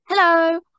Hello